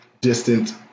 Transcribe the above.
distant